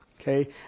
Okay